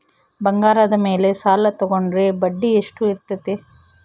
ಬಂಗಾರದ ಮೇಲೆ ಸಾಲ ತೋಗೊಂಡ್ರೆ ಬಡ್ಡಿ ಎಷ್ಟು ಇರ್ತೈತೆ?